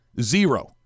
Zero